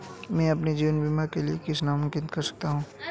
मैं अपने जीवन बीमा के लिए किसे नामित कर सकता हूं?